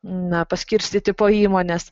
na paskirstyti po įmones